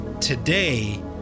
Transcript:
today